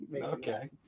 Okay